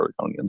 Oregonians